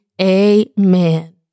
amen